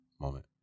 moment